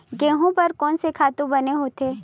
गेहूं बर कोन से खातु बने होथे?